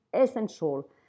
essential